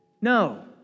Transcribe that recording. no